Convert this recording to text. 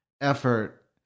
effort